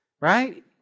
Right